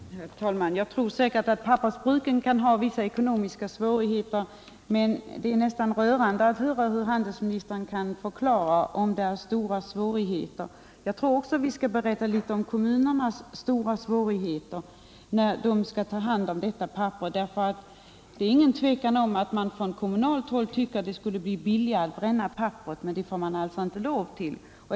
Herr talman! Jag tror säkert att pappersbruken kan ha vissa ekonomiska svårigheter att brottas med, men det är nästan rörande att höra handelsministern förklara deras stora ekonomiska svårigheter. Jag tycker att vi då också skall berätta litet om kommunernas ekonomiska svårigheter när de skall ta hand om detta papper, eftersom det inte råder något tvivel om att man på kommunalt håll anser att det skulle bli billigare att bränna papperet. Men det får man alltså inte lov till.